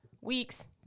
weeks